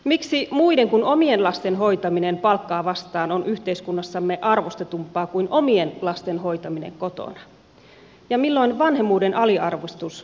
miksi muiden kuin omien lasten hoitaminen palkkaa vastaan on yhteiskunnassamme arvostetumpaa kuin omien lasten hoitaminen kotona ja milloin vanhemmuuden aliarvostus oikein lakkaa